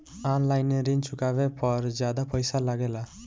आन line ऋण चुकावे पर ज्यादा पईसा लगेला?